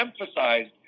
emphasized